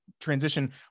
transition